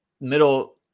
middle